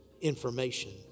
information